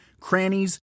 crannies